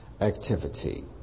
activity